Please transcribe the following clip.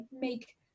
make